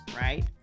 right